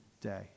day